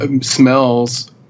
Smells